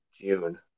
June